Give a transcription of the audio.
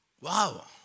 Wow